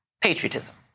patriotism